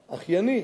אחייני,